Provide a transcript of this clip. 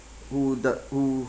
who does who